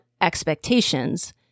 expectations